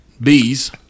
bees